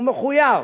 הוא מחויב,